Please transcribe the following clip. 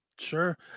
Sure